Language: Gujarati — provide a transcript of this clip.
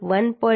1